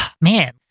man